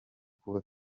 kuba